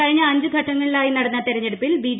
കഴിഞ്ഞ അഞ്ച് ഘട്ടങ്ങളായി നടന്ന തെരഞ്ഞെടുപ്പിൽ ബി